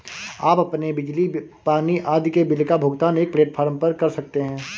आप अपने बिजली, पानी आदि के बिल का भुगतान एक प्लेटफॉर्म पर कर सकते हैं